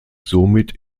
somit